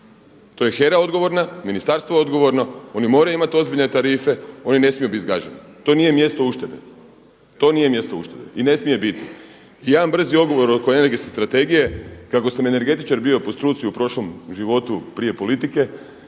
To je HERA odgovorna, ministarstvo je odgovorno. Oni moraju imati ozbiljne tarife, oni ne smiju bit zgaženi. To nije mjesto uštede i ne smije biti. I jedan brzi odgovor oko Energetske strategije. Kako sam energetičar bio po struci u prošlom životu prije politike,